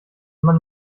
mann